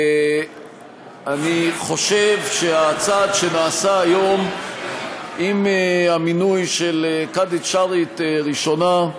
אני חושב שהצעד שנעשה היום עם המינוי של קאדית שרעית ראשונה,